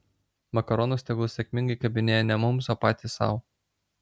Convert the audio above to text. makaronus tegul sėkmingai kabinėja ne mums o patys sau